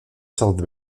south